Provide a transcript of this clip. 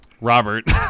Robert